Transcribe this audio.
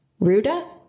ruda